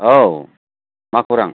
औ मा खौरां